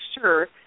sure